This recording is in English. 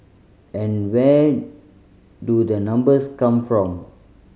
and where do the numbers come from